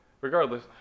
Regardless